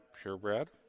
purebred